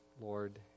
Lord